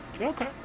Okay